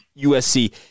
USC